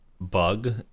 bug